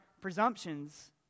presumptions